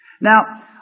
Now